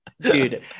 Dude